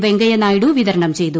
വെങ്കയ്യനായിഡു വിതരണം ചെയ്തു